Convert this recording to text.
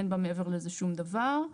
אין בה מעבר לזה שום דבר.